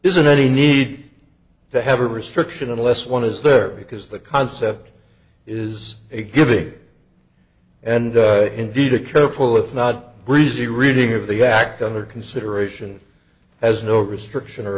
isn't any need to have a restriction unless one is there because the concept is a giving and indeed a careful if not breezy reading of the back under consideration as no restriction or